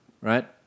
right